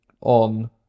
on